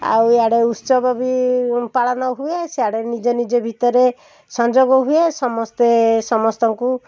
ଆଉ ଇଆଡ଼େ ଉତ୍ସବ ବି ପାଳନ ହୁଏ ସିଆଡ଼େ ନିଜ ନିଜ ଭିତରେ ସଂଯୋଗ ହୁଏ ସମସ୍ତେ ସମସ୍ତଙ୍କୁ